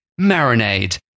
marinade